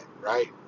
right